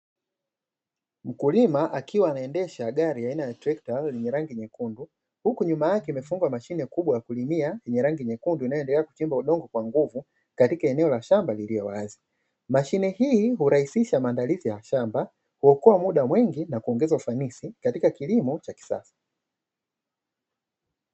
Mkulima akiwa anaendesha gari aina ya trekta lenye rangi nyekundu. Huku nyuma yake imefungwa mashine kubwa ya kulimia yenye rangi nyekundu inayoendelea kuchimba udongo kwa nguvu katika eneo la shamba lililowazi. Mashine hii hurahisisha maandalizi ya shamba, huokoa muda mwingi na kuongeza ufanisi katika kilimo cha kisasa.